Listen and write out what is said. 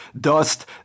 dust